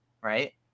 right